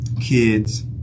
kids